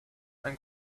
and